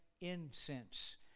Incense